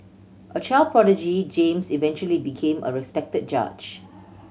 a child prodigy James eventually became a respected judge